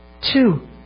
Two